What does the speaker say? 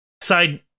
side